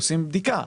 עושים בדיקה,